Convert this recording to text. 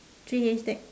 three haystack